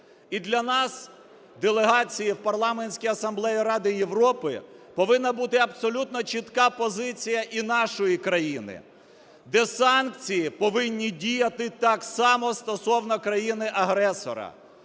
І для нас, делегації в Парламентській Асамблеї Ради Європи, повинна бути абсолютно чітка позиція і нашої країни, де санкції повинні діяти так само стосовно країни-агресора.